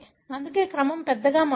అందుకే క్రమం పెద్దగా మారలేదు